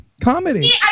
comedy